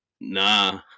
Nah